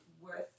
worth